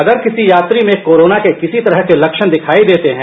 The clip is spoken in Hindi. अगर किसी यात्री में कोरोना के किसी तरह के लक्षण दिखाई देते हैं